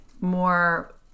more